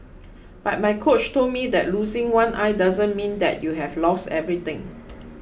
but my coach told me that losing one eye doesn't mean that you've lost everything